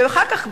ואחר כך,